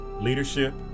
leadership